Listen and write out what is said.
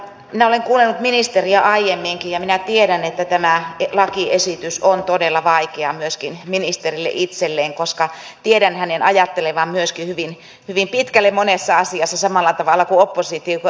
minä olen kuunnellut ministeriä aiemminkin ja minä tiedän että tämä lakiesitys on todella vaikea myöskin ministerille itselleen koska tiedän hänen ajattelevan myöskin hyvin pitkälle monessa asiassa samalla tavalla kuin oppositio ajattelee